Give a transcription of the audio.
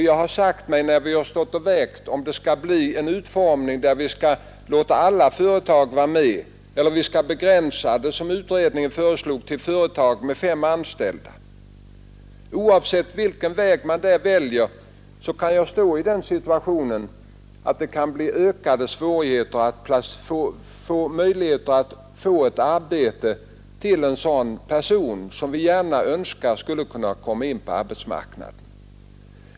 Jag har frågat om vi inte riskerade att komma i den situationen att det kan bli ökade svårigheter att få ett arbete för sådana personer som vi gärna Önskar skall kunna komma in på arbetsmarknaden.